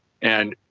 and,